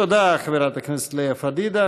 תודה, חברת הכנסת לאה פדידה.